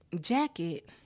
jacket